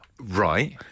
Right